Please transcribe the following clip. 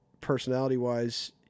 personality-wise